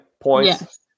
points